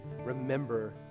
remember